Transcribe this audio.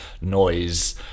noise